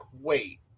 wait